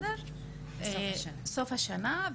בסוף השנה.